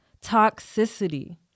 toxicity